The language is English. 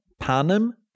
panem